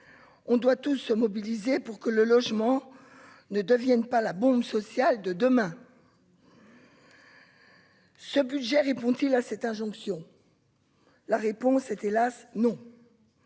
on doit tous se mobiliser pour que le logement ne devienne pas la bombe sociale de demain. Ce budget, répond-il à cette injonction, la réponse était hélas non